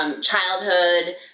childhood